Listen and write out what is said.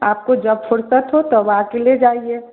आपको जब फ़ुर्सत हो तब आ कर ले जाइए